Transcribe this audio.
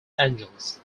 angeles